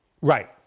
Right